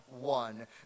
one